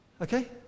Okay